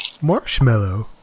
marshmallow